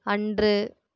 அன்று